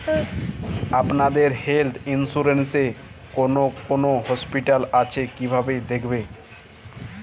আপনাদের health insurance এ কোন কোন হসপিটাল আছে কিভাবে দেখবো?